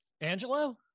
Angelo